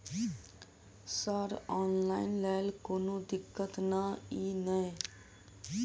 Sir online लैल कोनो दिक्कत न ई नै?